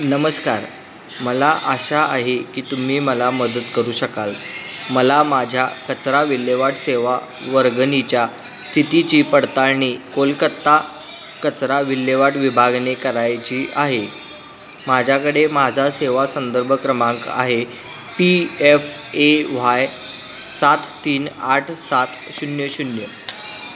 नमस्कार मला आशा आहे की तुम्ही मला मदत करू शकाल मला माझ्या कचरा विल्हेवाट सेवा वर्गणीच्या स्थितीची पडताळणी कोलकाता कचरा विल्हेवाट विभागने करायची आहे माझ्याकडे माझा सेवा संदर्भ क्रमांक आहे पी एफ ए व्हाय सात तीन आठ सात शून्य शून्य